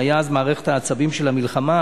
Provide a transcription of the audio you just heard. שהיה אז מערכת העצבים של המלחמה.